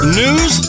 news